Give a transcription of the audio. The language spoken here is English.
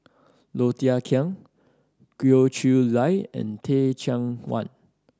Low Thia Khiang Goh Chiew Lye and Teh Cheang Wan